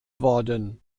worden